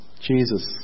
Jesus